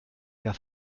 der